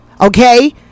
Okay